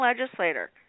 legislator